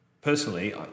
personally